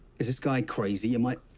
is this guy crazy? am i